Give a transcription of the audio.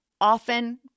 often